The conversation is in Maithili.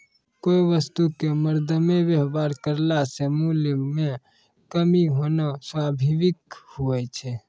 कोय वस्तु क मरदमे वेवहार करला से मूल्य म कमी होना स्वाभाविक हुवै छै